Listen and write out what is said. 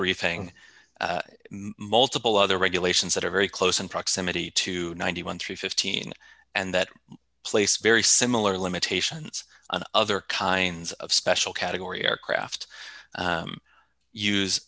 briefing multiple other regulations that are very close in proximity to ninety one through fifteen and that place very similar limitations on other kinds of special category aircraft u